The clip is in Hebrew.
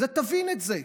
תבין את זה.